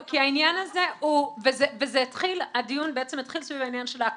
--- הדיון בעצם התחיל סביב העניין של ההקפאה.